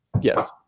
Yes